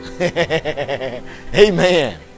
Amen